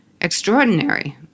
extraordinary